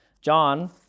John